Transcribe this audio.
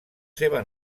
seva